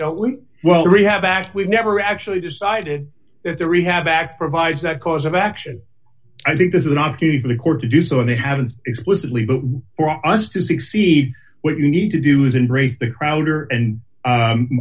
well rehab act we never actually decided that the rehab act provides that cause of action i think this is an opportunity for the court to do so and they haven't explicitly but for us to succeed what you need to do is embrace the crowder and